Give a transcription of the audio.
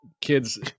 kids